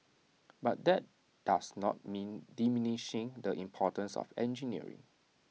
but that does not mean diminishing the importance of engineering